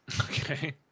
Okay